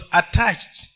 attached